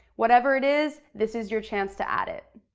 whatever it is, this is your chance to add it.